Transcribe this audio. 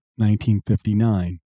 1959